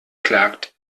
klagt